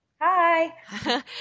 Hi